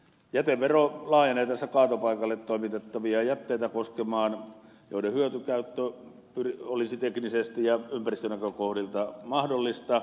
jätevero laajenee tässä koskemaan kaatopaikalle toimitettavia jätteitä joiden hyötykäyttö olisi teknisesti ja ympäristönäkökohdilta mahdollista